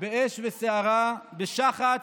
באש וסערה, בשחץ,